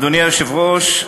אדוני היושב-ראש,